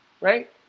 right